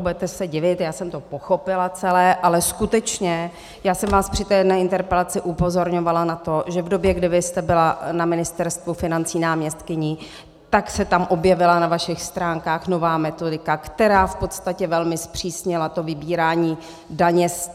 Budete se divit, já jsem to pochopila celé, ale skutečně já jsem vás při té jedné interpelaci upozorňovala na to, že v době, kdy vy jste byla na Ministerstvu financí náměstkyní, tak se tam objevila na vašich stránkách nová metodika, která v podstatě velmi zpřísnila vybírání daně z